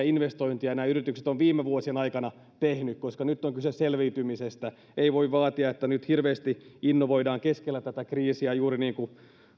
investointeja nämä yritykset ovat viime vuosien aikana tehneet koska nyt on kyse selviytymisestä ei voi vaatia että nyt hirveästi innovoidaan keskellä tätä kriisiä juuri niin kuin sanoi